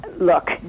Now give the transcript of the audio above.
Look